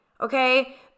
okay